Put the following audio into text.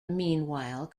meanwhile